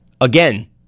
Again